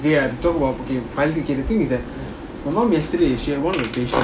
ya the talk about okay piloting okay the thing is that my mum yesterday she had one vacation